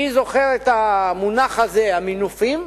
מי זוכר את המונח הזה, "מינופים",